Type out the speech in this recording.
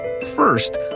First